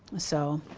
so,